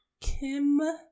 Kim